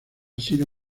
sido